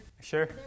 Sure